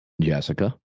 Jessica